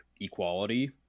equality